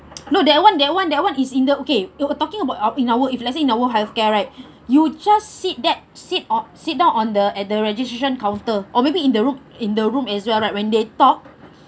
no that [one] that [one] that [one] is in the okay we're talking about in our work if let's say in our work healthcare right you just sit that sit or sit down on the at the registration counter or maybe in the in the room as well right when they talk